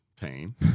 pain